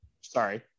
Sorry